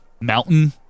mountain